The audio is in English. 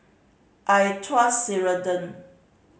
I trust Ceradan